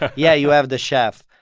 yeah, you have the chef.